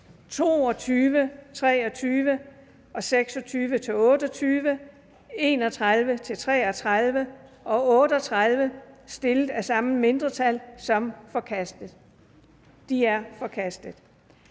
22, 23, 26-28, 31-33 og 38, stillet af det samme mindretal, som forkastet. De er forkastet.